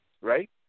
Right